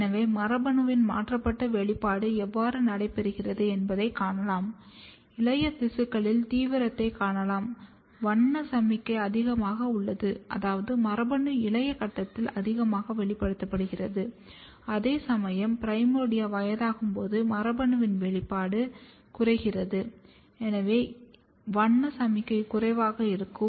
எனவே மரபணுவின் மாறுபட்ட வெளிப்பாடு எவ்வாறு நடைபெறுகிறது என்பதை காணலாம் இளைய திசுக்களில் தீவிரத்தைக் காணலாம் வண்ண சமிக்ஞை அதிகமாக உள்ளது அதாவது மரபணு இளைய கட்டத்தில் அதிகமாக வெளிப்படுத்தப்படுகிறது அதே சமயம் பிரைமோர்டியா வயதாகும்போது மரபணுவின் வெளிப்பாடு குறைகிறது எனவே வண்ண சமிக்ஞை குறைவாக இருக்கும்